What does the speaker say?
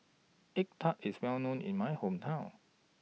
Egg Tart IS Well known in My Hometown